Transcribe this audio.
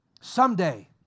Someday